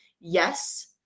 Yes